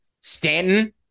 Stanton